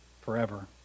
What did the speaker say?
forever